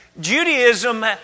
Judaism